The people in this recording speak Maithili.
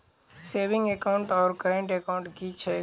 सेविंग एकाउन्ट आओर करेन्ट एकाउन्ट की छैक?